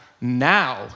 now